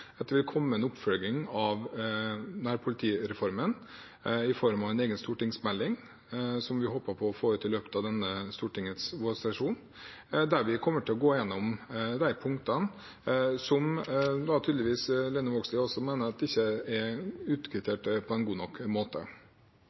oppfølging av nærpolitireformen i form av en egen stortingsmelding, som vi håper å få ut i løpet av denne vårsesjonen. Der kommer vi til å gå igjennom de punktene som representanten Lene Vågslid tydeligvis mener ikke er utkvittert på en god nok måte.